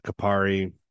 Kapari